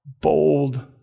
bold